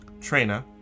trainer